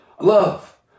love